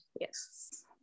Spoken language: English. yes